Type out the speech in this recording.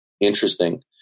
Interesting